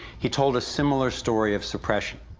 he told a similar story of suppression.